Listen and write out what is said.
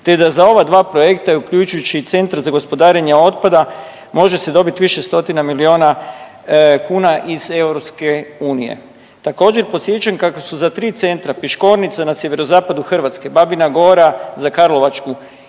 te da za ova dva projekta i uključujući i Centar za gospodarenje otpada može se dobiti više stotina milijuna kuna iz EU. Također podsjećam kako su za tri centra Piškornica na Sjeverozapadu Hrvatske, Babina gora za Karlovačku